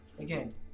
again